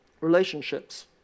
Relationships